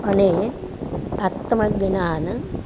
અને આત્મજ્ઞાન